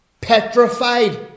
petrified